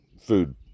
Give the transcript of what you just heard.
food